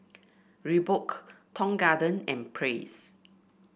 Reebok Tong Garden and Praise